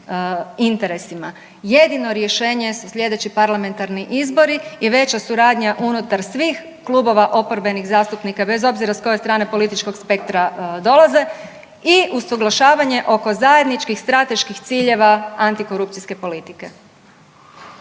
interesima. Jedino rješenje su sljedeći parlamentarni izbori i veća suradnja unutar svih klubova oporbenih zastupnika bez obzira s koje strane političkog spektra dolaze i usuglašavanje oko zajedničkih strateških ciljeva antikorupcijske politike.